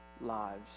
lives